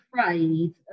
afraid